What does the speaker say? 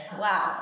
Wow